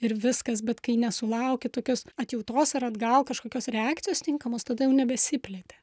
ir viskas bet kai nesulauki tokios atjautos ir atgal kažkokios reakcijos tinkamos tada jau nebesipleti